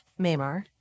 Mamar